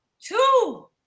two